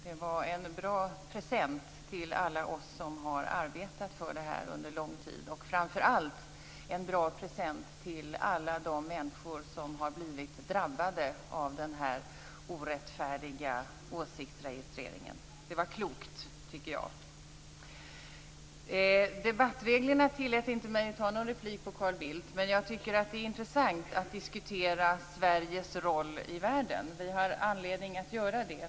Det var en bra present till alla oss som har arbetat för det här under lång tid och framför allt en bra present till alla de människor som har blivit drabbade av den här orättfärdiga åsiktsregistreringen. Det var klokt, tycker jag. Debattreglerna tillät inte mig att begära någon replik på Carl Bildts anförande, men jag tycker att det är intressant att diskutera Sveriges roll i världen. Vi har anledning att göra det.